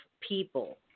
people